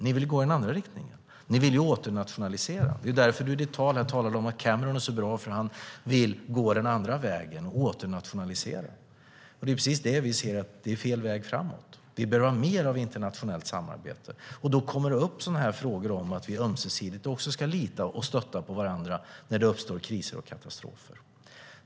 Ni vill gå i den andra riktningen och åternationalisera. Det är därför du talar om att Cameron är så bra; han vill ju gå den andra vägen och åternationalisera. Det är fel väg framåt. Vi behöver mer internationellt samarbete, och då kommer frågor om att vi ömsesidigt ska lita på och stötta varandra när det uppstår kriser och katastrofer.